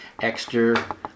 extra